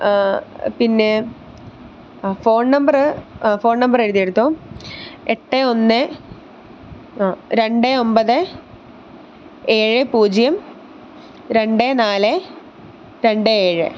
പിന്നെ ആ phone number ആ ഫോൺ നമ്പറെഴുതിയെടുത്തൊളൂ എട്ട് ഒന്ന് ആ രണ്ട് ഒമ്പത് ഏഴ് പൂജ്യം രണ്ട് നാല് രണ്ട് ഏഴ്